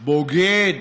"בוגד",